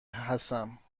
هستم